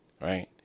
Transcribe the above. right